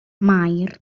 maer